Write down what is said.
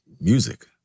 music